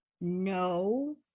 No